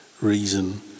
reason